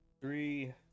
Three